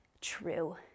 true